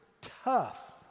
tough